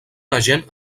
agent